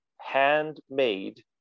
handmade